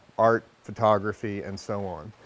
art, photography, and so on.